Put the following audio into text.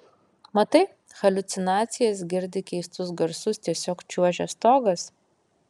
matai haliucinacijas girdi keistus garsus tiesiog čiuožia stogas